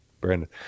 brandon